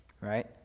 right